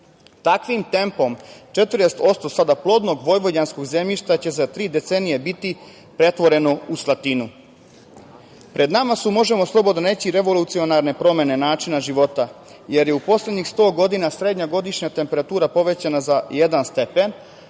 Takvim tempom 40% sada plodnog vojvođanskog zemljišta će za tri decenije biti pretvoreno u slatinu. Pred nama su, možemo slobodno reći revolucionarne promene načina života jer je u poslednjih 100 godina srednja godišnja temperatura povećana za 1 stepen,